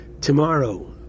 Tomorrow